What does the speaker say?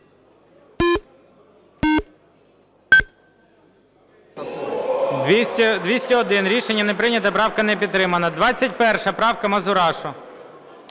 За-201 Рішення не прийнято. Правка не підтримана. 21 правка, Мазурашу.